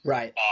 Right